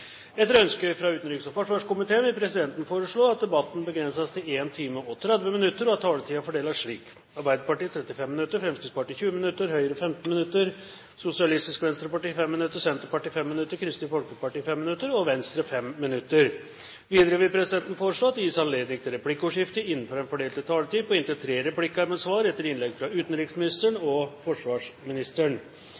at taletiden fordeles slik: Arbeiderpartiet 35 minutter, Fremskrittspartiet 20 minutter, Høyre 15 minutter, Sosialistisk Venstreparti 5 minutter, Senterpartiet 5 minutter, Kristelig Folkeparti 5 minutter og Venstre 5 minutter. Videre vil presidenten foreslå at det gis anledning til replikkordskifte på inntil tre replikker med svar etter innlegg fra utenriksministeren